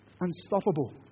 unstoppable